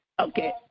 Okay